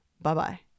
Bye-bye